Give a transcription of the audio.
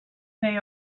they